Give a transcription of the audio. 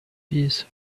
peace